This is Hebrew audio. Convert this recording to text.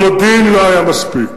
המודיעין לא היה מספיק.